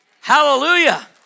Hallelujah